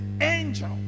angel